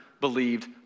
believed